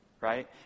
right